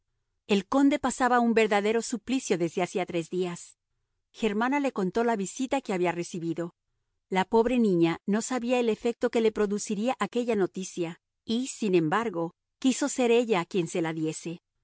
el conde pasaba un verdadero suplicio desde hacía tres días germana le contó la visita que había recibido la pobre niña no sabía el efecto que le produciría aquella noticia y sin embargo quiso ser ella quien se la diese